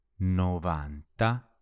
Novanta